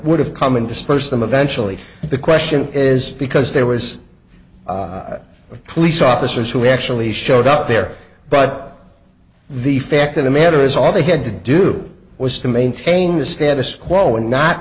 would have come and disperse them eventually the question is because there was a police officers who actually showed up there but the fact of the matter is all they had to do was to maintain the status quo and not